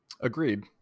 Agreed